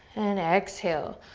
and exhale,